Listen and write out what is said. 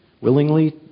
willingly